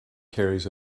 carries